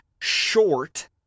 short